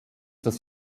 das